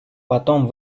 потом